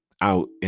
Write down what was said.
out